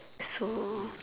so